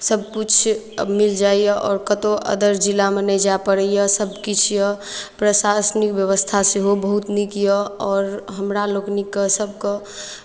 सभकिछु आब मिल जाइए आओर कतहु अदर जिलामे नहि जाए पड़ैए सभकिछु यए प्रशासनिक व्यवस्था सेहो बहुत नीक यए आओर हमरा लोकनिकेँ सभकेँ